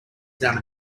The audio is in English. down